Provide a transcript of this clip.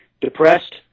depressed